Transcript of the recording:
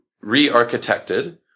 re-architected